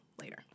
later